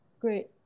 Great